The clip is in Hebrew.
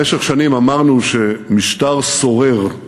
במשך שנים אמרנו שמשטר סורר,